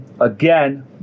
again